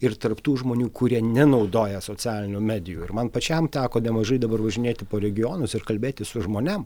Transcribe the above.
ir tarp tų žmonių kurie nenaudoja socialinių medijų ir man pačiam teko nemažai dabar važinėti po regionus ir kalbėtis su žmonėm